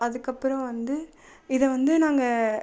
அதுக்கப்புறம் வந்து இதை வந்து நாங்கள்